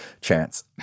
chance